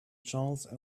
charles